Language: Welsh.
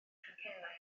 chacennau